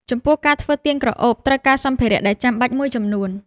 ចំពោះ ការធ្វើទៀនក្រអូបត្រូវការសម្ភារៈដែលចាំបាច់មួយចំនួន។